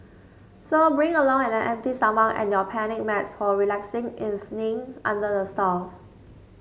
so bring along an empty stomach and your picnic mats for a relaxing evening under the stars